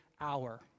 hour